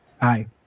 Hi